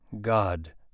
God